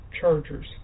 chargers